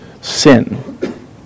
sin